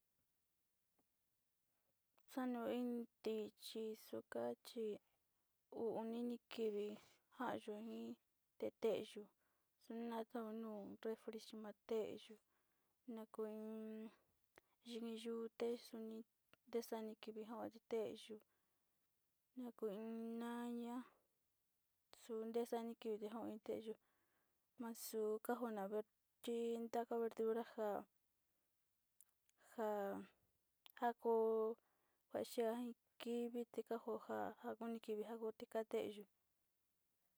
In yiki in tinana kua o tinana soo chi nu choneo in nu kaa ja ntuvijin te jaranyo jin kun kivi; te ti kuiti chi jaranyo jin in una kivi te yoka te tivi